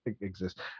exist